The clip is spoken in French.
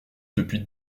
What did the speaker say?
depuis